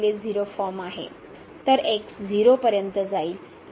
तर x 0 पर्यंत जाईल आणि नंतर 0 ने भागले जाईल